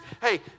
Hey